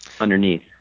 underneath